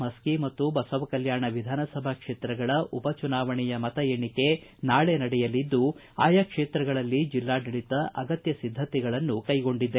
ಮಸ್ಕಿ ಮತ್ತು ಬಸವಕಲ್ವಾಣ ವಿಧಾನಸಭಾ ಕ್ಷೇತ್ರಗಳ ಉಪಚುನಾವಣೆಯ ಮತ ಎಣಿಕೆ ನಾಳೆ ನಡೆಯಲಿದ್ದು ಆಯಾ ಕ್ಷೇತ್ರಗಳಲ್ಲಿ ಜಿಲ್ಲಾಡಳಿತ ಅಗತ್ಯ ಸಿದ್ದತೆಗಳನ್ನು ಕೈಗೊಂಡಿದೆ